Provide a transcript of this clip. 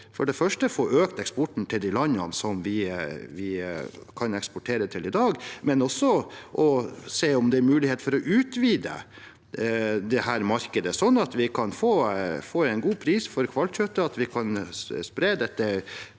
for det første – få økt eksporten til de landene som vi kan eksportere til i dag, men også se på om det er muligheter for å utvide dette markedet, slik at vi kan få en god pris for hvalkjøttet,